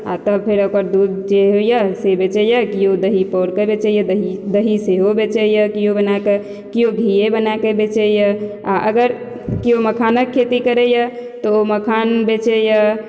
आ तब फेर ओकर दूध जे होइया से बेचैया केओ दही पौर कऽ बेचैया दही दही सेहो बेचैया केओ बना कऽ केओ घीये बना कऽ बेचै यऽ आ अगर कियो मखानक खेती करै यऽ तऽ ओ मखान बेचै यऽ